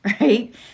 right